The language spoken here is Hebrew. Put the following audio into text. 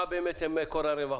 מה באמת מקור הרווח?